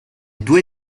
due